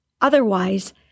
Otherwise